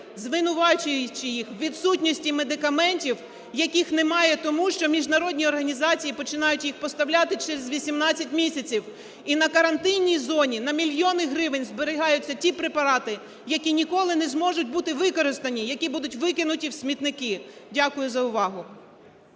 звинувачуючи їх у відсутності медикаментів, яких немає тому, що міжнародні організації починають їх поставляти через 18 місяців, і на карантинній зоні на мільйони гривень зберігаються ті препарати, які ніколи не зможуть бути використані, які будуть викинуті в смітники. Дякую за увагу.